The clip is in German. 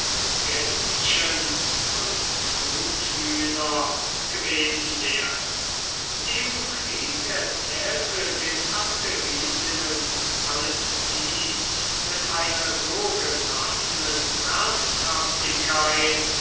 gänschen und truthühner gewesen wären demokritus erzählte den abderitinnen alles dies mit einer so gelassenen